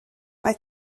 mae